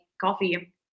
coffee